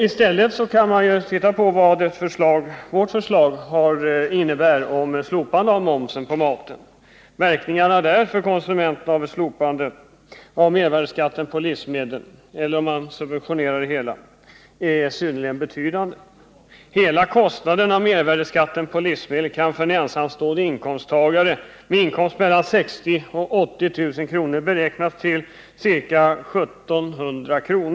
Istället kan man ju se på vad vårt förslag om slopande av momsen på maten innebär. Verkningarna för konsumenternas del av ett slopande av mervärdeskatten på livsmedel — eller vid en subventionering av det hela — är högst betydande. Hela kostnaden när det gäller mervärdeskatten på livsmedel kan för en ensamstående inkomsttagare med en inkomst på mellan 60 000 och 80 000 kr. beräknas till ca 1 700 kr.